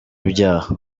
ibyaha